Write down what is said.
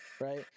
right